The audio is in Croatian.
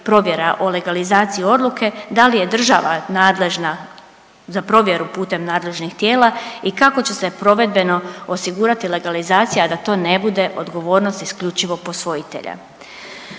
o legalizaciji odluke, da li je država nadležna za provjeru putem nadležnih tijela i kako će se provedbeno osigurati legalizacija, a da to ne bude odgovornost isključivo posvojitelja.